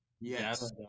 Yes